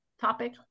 topic